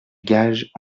gage